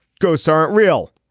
ghosts aren't real.